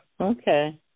Okay